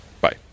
Bye